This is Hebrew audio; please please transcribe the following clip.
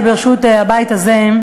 ברשות הבית הזה,